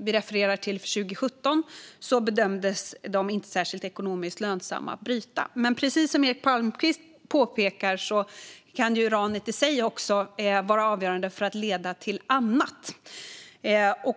vi refererar till - 2017 - bedömdes det inte vara särskilt ekonomiskt lönsamt att bryta, men precis som Eric Palmqvist påpekar kan uranet i sig vara avgörande när det gäller att leda till annat.